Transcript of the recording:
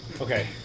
Okay